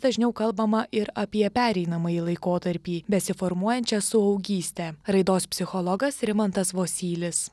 dažniau kalbama ir apie pereinamąjį laikotarpį besiformuojančią suaugystę raidos psichologas rimantas vosylis